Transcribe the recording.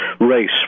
race